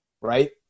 right